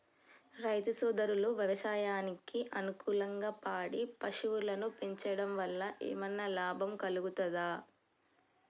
రైతు సోదరులు వ్యవసాయానికి అనుకూలంగా పాడి పశువులను పెంచడం వల్ల ఏమన్నా లాభం కలుగుతదా?